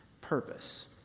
purpose